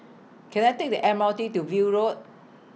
Can I Take The M R T to View Road